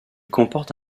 comporte